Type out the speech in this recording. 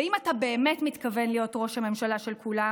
ואם אתה באמת מתכוון להיות ראש הממשלה של כולם,